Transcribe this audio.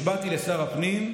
כשהושבעתי לשר הפנים,